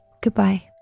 Goodbye